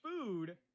food